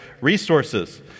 resources